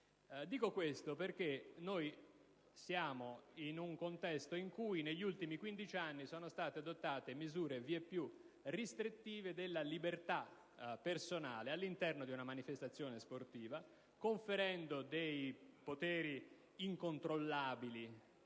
è possibile urlare. Siamo in un contesto in cui, negli ultimi 15 anni, sono state adottate misure sempre più restrittive della libertà personale all'interno di una manifestazione sportiva, conferendo poteri incontrollabili